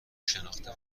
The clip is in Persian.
شناخته